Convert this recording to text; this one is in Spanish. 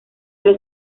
los